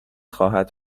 خواهد